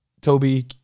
Toby